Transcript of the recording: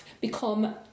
become